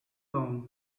loan